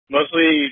Mostly